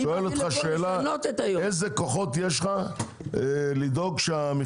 אני שואל אותך אלו כוחות יש לך לדאוג שהמחירים